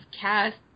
cast